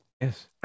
Yes